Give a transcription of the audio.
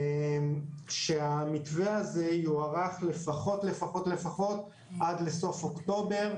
שהמתווה הזה יוארך לפחות לפחות עד לסוף אוקטובר,